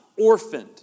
orphaned